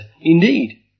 Indeed